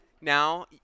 now